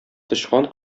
тычкан